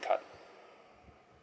card